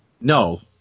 No